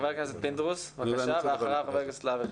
ח"כ פינדרוס ואחריו ח"כ להב הרצנו.